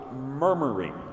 murmuring